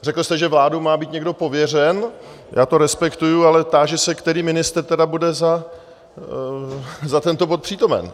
Řekl jste, že vládou má být někdo pověřen, já to respektuji, ale táži se, který ministr tedy bude za tento bod přítomen.